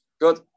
Good